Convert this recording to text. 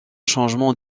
changement